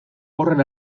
horren